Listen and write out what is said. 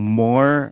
more